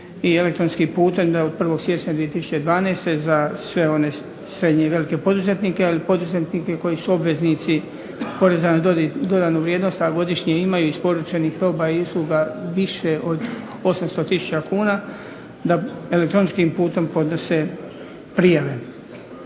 elektronskim putem da od 1. siječnja 2012. za sve one srednje i velike poduzetnike, ali i poduzetnike koji su obveznici poreza na dodanu vrijednost, a godišnje imaju isporučenih roba i usluga više od 800000 kuna da elektroničkim putem podnose prijave.